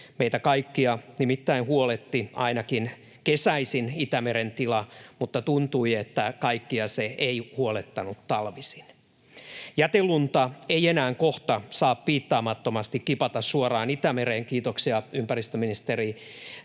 Meitä kaikkia nimittäin huoletti Itämeren tila ainakin kesäisin, mutta tuntui, että kaikkia se ei huolettanut talvisin. Jätelunta ei enää kohta saa piittaamattomasti kipata suoraan Itämereen. Kiitoksia ympäristöministeri